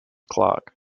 clark